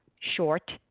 short